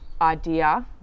idea